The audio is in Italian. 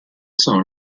sono